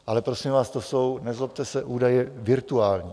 Ale prosím vás, to jsou, nezlobte se, údaje virtuální.